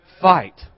fight